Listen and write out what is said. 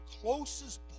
closest